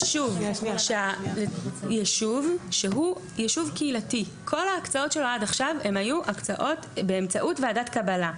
שלא את כולם נצטרך לקבל בוועדת קבלה,